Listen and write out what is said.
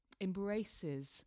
embraces